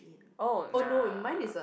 oh nah